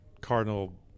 Cardinal